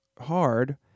hard